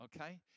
okay